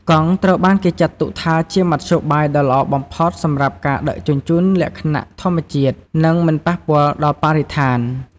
កង់ត្រូវបានគេចាត់ទុកថាជាមធ្យោបាយដ៏ល្អបំផុតសម្រាប់ការដឹកជញ្ជូនលក្ខណៈធម្មជាតិ និងមិនប៉ះពាល់ដល់បរិស្ថាន។